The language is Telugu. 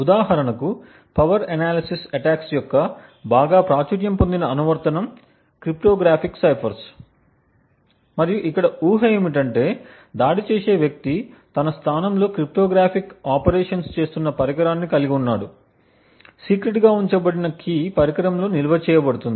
ఉదాహరణకు పవర్ అనాలిసిస్ అటాక్స్ యొక్క బాగా ప్రాచుర్యం పొందిన అనువర్తనం క్రిప్టోగ్రాఫిక్ సైఫర్స్ మరియు ఇక్కడ ఊహ ఏమిటంటే దాడి చేసే వ్యక్తి తన స్థానంలో క్రిప్టోగ్రాఫిక్ ఆపరేషన్స్ చేస్తున్న పరికరాన్ని కలిగి ఉన్నాడు సీక్రెట్ గా ఉంచబడిన కీ పరికరంలో నిల్వ చేయబడుతుంది